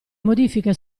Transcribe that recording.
modifiche